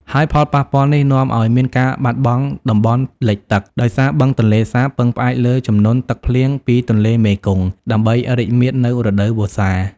ហើយផលប៉ះពាល់នេះនាំឲ្យមានការបាត់បង់តំបន់លិចទឹក ដោយសារបឹងទន្លេសាបពឹងផ្អែកលើជំនន់ទឹកភ្លៀងពីទន្លេមេគង្គដើម្បីរីកមាឌនៅរដូវវស្សា។